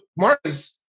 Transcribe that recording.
Marcus